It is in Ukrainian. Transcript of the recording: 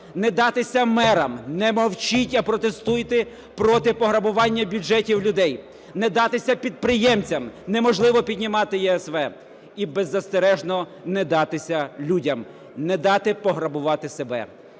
Не датися мерам, не мовчіть, а протестуйте проти пограбування бюджетів людей. Не датися підприємцям, неможливо піднімати ЄСВ. І беззастережно не датися людям, не дати пограбувати себе.